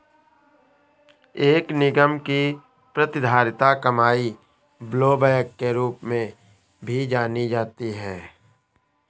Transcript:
एक निगम की प्रतिधारित कमाई ब्लोबैक के रूप में भी जानी जाती है